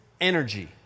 energy